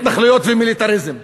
התנחלויות ומיליטריזם.